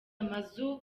amazu